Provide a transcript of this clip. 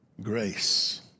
grace